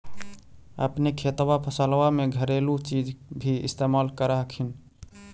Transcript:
अपने खेतबा फसल्बा मे घरेलू चीज भी इस्तेमल कर हखिन?